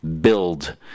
build